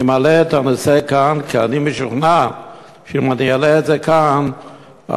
אני מעלה את הנושא כאן כי אני משוכנע שאם אני אעלה את זה כאן הנושא